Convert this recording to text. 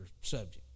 subject